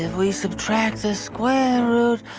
and we subtract the square root